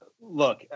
look